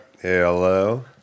Hello